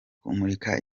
kumurika